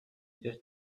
just